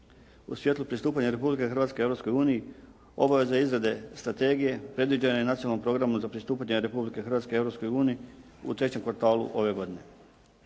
U svjetlu pristupanja Republike Hrvatske Europskoj uniji obaveza je izrade strategije predviđene Nacionalnim programom za pristupanje Republike Hrvatske Europskoj uniji u trećem kvartalu ove godine.